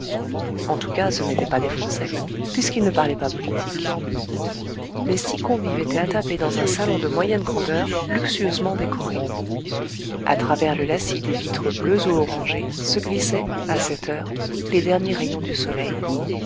en tout cas ce n'étaient pas des français puisqu'ils ne parlaient pas politique les six convives étaient attablés dans un salon de moyenne grandeur luxueusement décoré a travers le lacis des vitres bleues ou orangées se glissaient à cette heure les derniers rayons du soleil